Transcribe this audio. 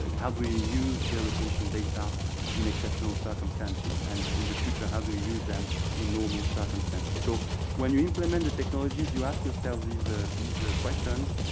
ah how do we use the ah location data in exceptional circumstances and in the future, how do we use them in normal circumstances? so when you implement the technologies, you ask yourself these ah these questions,